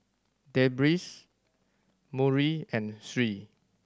Deris Murni and Sri